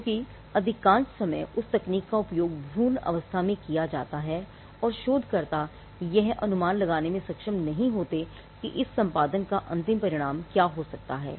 क्योंकि अधिकांश समय उस तकनीक का उपयोग भ्रूण अवस्था में किया जाता है और शोधकर्ता यह अनुमान लगाने में सक्षम नहीं होते हैं कि इस संपादन का अंतिम परिणाम क्या हो सकता है